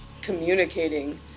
communicating